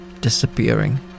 disappearing